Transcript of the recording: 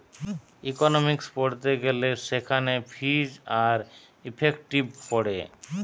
economics পড়তে গিলে সেখানে ফিজ আর ইফেক্টিভ পড়ে